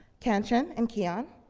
kanchan, and keion,